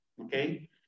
Okay